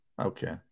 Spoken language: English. Okay